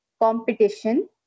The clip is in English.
competition